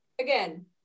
again